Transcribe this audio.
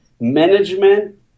management